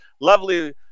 lovely